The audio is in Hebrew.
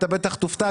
אתה בטח תופתע,